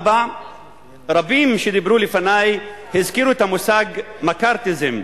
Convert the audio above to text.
4. רבים שדיברו לפני הזכירו את המושג מקארתיזם,